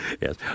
yes